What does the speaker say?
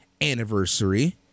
anniversary